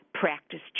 practice